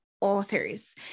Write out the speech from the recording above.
authors